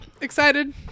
excited